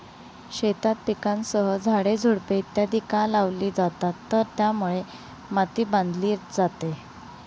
शेतात पिकांसह झाडे, झुडपे इत्यादि का लावली जातात तर त्यामुळे माती बांधली जाते